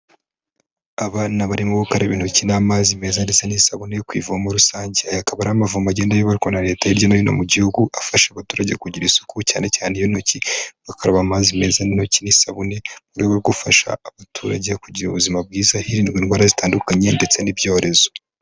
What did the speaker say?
Abana barimo gukaraba intoki n'amazi meza ndetse n'isabune yo kwivomo rusange aya akaba ari amavomo agenda ayoborwa na leta hirya no hino mu gihugu afasha abaturage kugira isuku cyane cyane iyo intoki bakaraba amazi meza n'isabune mu rwego gufasha abaturage kugira ubuzima bwiza hirindwa indwara zitandukanye ndetse n'ibyorezo .